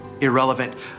irrelevant